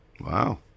Wow